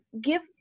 give